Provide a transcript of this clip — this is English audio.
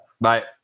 Bye